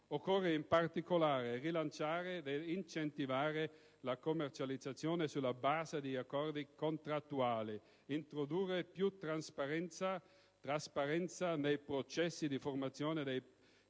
Occorre in particolare rilanciare ed incentivare la commercializzazione sulla base di accordi contrattuali, introdurre più trasparenza nei processi di formazione dei prezzi